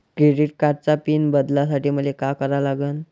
Credit कार्डाचा PIN बदलासाठी मले का करा लागन?